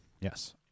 yes